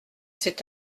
c’est